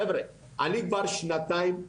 חבר'ה, אני כבר שנתיים,